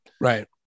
right